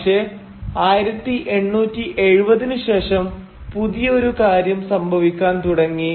പക്ഷെ 1870 നു ശേഷം പുതിയൊരു കാര്യം സംഭവിക്കാൻ തുടങ്ങി